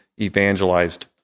evangelized